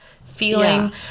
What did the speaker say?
feeling